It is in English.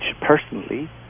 personally